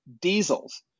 diesels